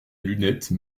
lunettes